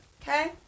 Okay